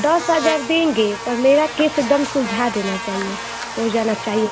दस हज़ार देंगे पर मेरा केस एकदम सुलझा देना चाहिए हो जाना चाहिए